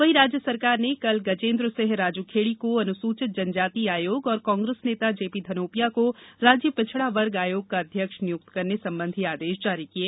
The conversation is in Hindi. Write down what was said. वहीं राज्य सरकार ने कल गजेन्द्र सिंह राजूखेड़ी को अनुसूचित जन जाति आयोग और कांग्रेस नेता जेपी धनोपिया को राज्य पिछड़ा वर्ग आयोग का अध्यक्ष नियुक्त करने संबंधी आदेश जारी किये